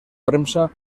premsa